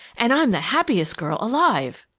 and i'm the happiest girl alive!